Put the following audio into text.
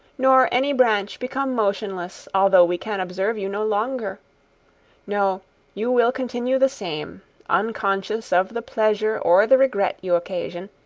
nor any branch become motionless although we can observe you no longer no you will continue the same unconscious of the pleasure or the regret you occasion,